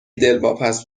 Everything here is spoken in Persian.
دلواپس